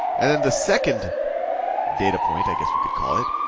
and then the second data point, i guess you could call it,